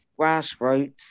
grassroots